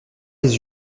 les